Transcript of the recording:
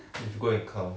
if you go and count